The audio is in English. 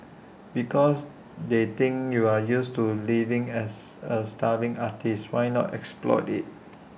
because they think you're used to living as A starving artist why not exploit IT